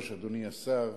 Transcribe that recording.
אני אקצר.